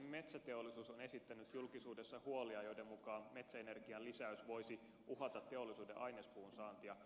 metsäteollisuus on esittänyt julkisuudessa huolia joiden mukaan metsäenergian lisäys voisi uhata teollisuuden ainespuun saantia